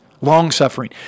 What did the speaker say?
long-suffering